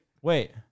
Wait